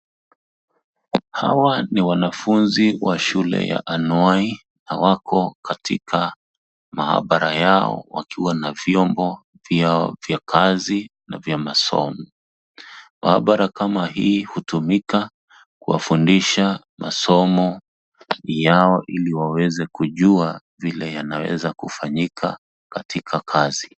Hawa ni wanafunzi wa shule ya anuwai, na wako katika maabara yao wakiwa na vyombo vyao vya kazi na vya masomo. Maabara kama hii hutumika kuwafundisha masomo yao ili waweze kujua vile yanaweza kufanyika katika kazi.